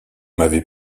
m’avez